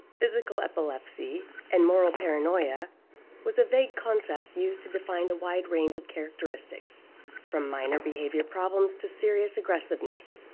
physical epilepsy, and moral paranoia was a vague concept used to define a wide range of characteristics from minor behavior problems to serious aggressiveness.